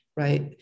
right